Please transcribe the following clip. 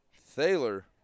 Thaler